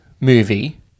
movie